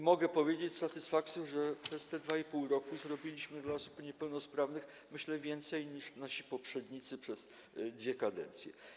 Mogę powiedzieć z satysfakcją, że przez te 2,5 roku zrobiliśmy dla osób niepełnosprawnych, myślę, więcej niż nasi poprzednicy przez dwie kadencje.